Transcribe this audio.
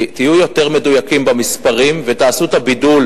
תהיו יותר מדויקים במספרים ותעשו את הבידול.